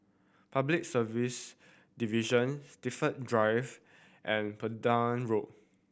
Public Service Division Steven Drive and Pender Road